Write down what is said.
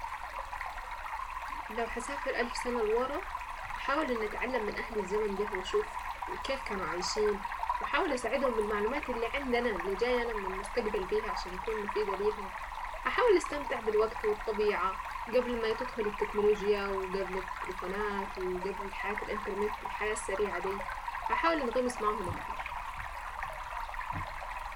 لو هسافر الف سنة لورا هحاول اني اتعلم من اهل الزمن ده واشوف كيف كانوا عايشين واحاول اساعدهم بالمعلومات اللي عندنا اللي جاية انا من المستقبل بيها عشان اكون مفيدة ليهم هحاول استمتع بالوقت والطبيعة قبل ما تدخل التكنولوجيا وقبل التليفونات وقبل حياة الانترنت والحياة السريعة دي واحاول انغمس معاهم أكتر.